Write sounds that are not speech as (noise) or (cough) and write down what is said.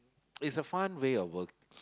(noise) is a fun way of work